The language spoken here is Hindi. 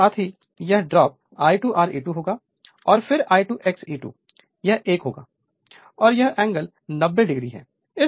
तो इसके साथ ही यह ड्रॉप I2 Re2 होगा और फिरI2 XE2 यह 1 होगा और यह एंगल 90 o है